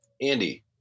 Andy